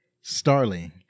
Starling